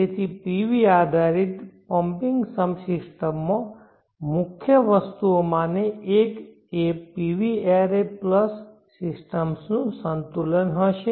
તેથી PV આધારિત pumping સબસિસ્ટમમાં મુખ્ય વસ્તુઓમાંની એક એ PV એરે પ્લસ સિસ્ટમ્સનું સંતુલન હશે